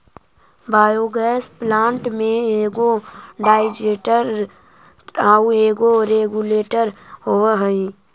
biogas plant में एगो digester आउ एगो रेगुलेटर होवऽ हई